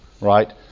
right